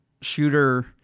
Shooter